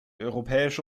europäische